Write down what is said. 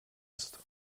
ist